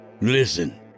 Listen